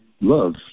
love